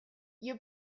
you